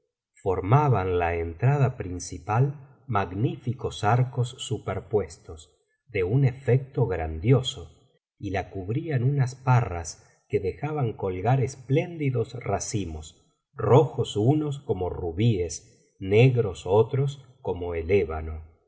formaban la entrada principal magníficos arcos superpuestos de un efecto grandioso y la cubrían unas parras que dejaban colgar espléndidos racimos rojos unos como rubíes negros otros como